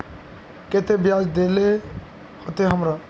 केते बियाज देल होते हमरा?